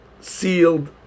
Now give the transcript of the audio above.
sealed